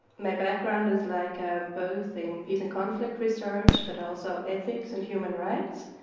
my background is like ah um both in peace and conflict research but also ethics and human rights,